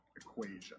equation